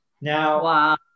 Now